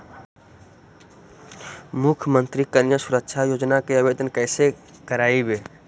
मुख्यमंत्री कन्या सुरक्षा योजना के आवेदन कैसे करबइ?